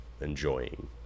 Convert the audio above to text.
enjoying